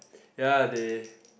ya they